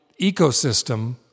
ecosystem